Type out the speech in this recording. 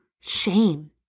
shame